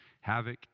havoc